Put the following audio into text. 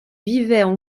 vivaient